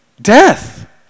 Death